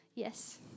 Yes